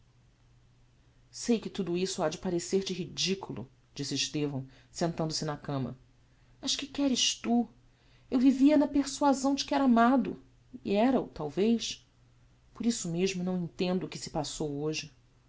sei que tudo isto hade parecer te ridículo disse estevão sentando-se na cama mas que queres tu eu vivia na persuasão de que era amado e era-o talvez por isso mesmo não entendo o que se passou hoje